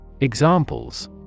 Examples